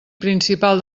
principal